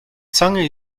zange